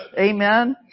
Amen